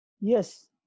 Yes